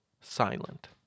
silent